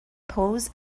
pose